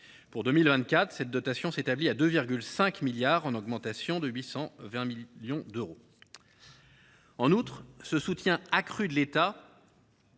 Pour 2024, cette dotation s’établit à 2,5 milliards d’euros, en augmentation de 820 millions d’euros. Outre ce soutien accru de l’État,